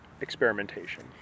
experimentation